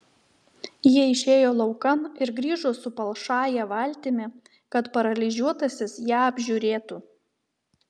jie išėjo laukan ir grįžo su palšąja valtimi kad paralyžiuotasis ją apžiūrėtų